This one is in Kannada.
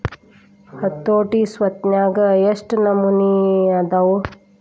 ಹತೋಟಿ ಸ್ವತ್ನ್ಯಾಗ ಯೆಷ್ಟ್ ನಮನಿ ಅದಾವು?